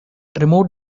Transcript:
removed